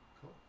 Cool